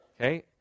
Okay